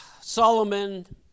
Solomon